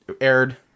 aired